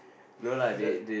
no lah they they